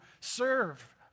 Serve